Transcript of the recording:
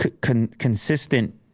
consistent